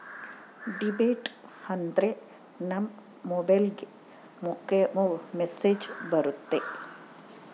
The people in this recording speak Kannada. ಡೆಬಿಟ್ ಆದ್ರೆ ನಮ್ ಮೊಬೈಲ್ಗೆ ಮೆಸ್ಸೇಜ್ ಬರುತ್ತೆ